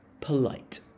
polite